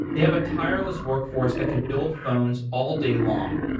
they have a tireless workforce that can build phones all day long.